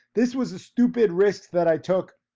this was a stupid risk that i took.